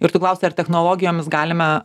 ir tu klausi ar technologijomis galime